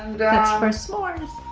that's for s'mores! oh,